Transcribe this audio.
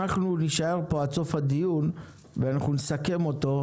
אנחנו נישאר פה עד סוף הדיון ואנחנו נסכם אותו,